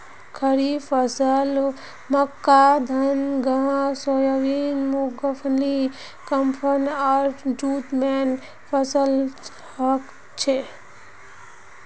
खड़ीफ फसलत मक्का धान गन्ना सोयाबीन मूंगफली कपास आर जूट मेन फसल हछेक